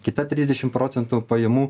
kita trisdešim procentų pajamų